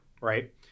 right